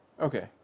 Okay